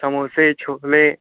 समोसे छोले